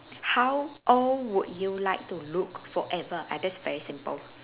how old would you like to look forever ah that's very simple